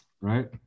Right